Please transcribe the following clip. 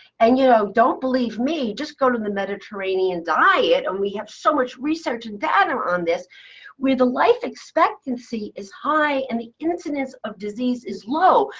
and you know don't believe me. just go to the mediterranean diet and we have so much research data on this where the life expectancy is high and the incidence of disease is low.